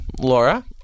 Laura